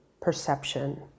perception